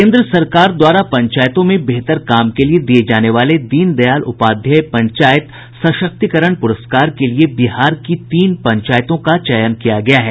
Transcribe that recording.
केन्द्र सरकार द्वारा पंचायतों में बेहतर काम के लिए दिये जाने वाले दीन दयाल उपाध्याय पंचायत सशक्तीकरण पुरस्कार के लिए बिहार की तीन पंचायतों का चयन किया गया है